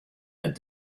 had